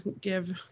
give